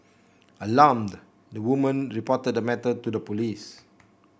alarmed the woman reported the matter to the police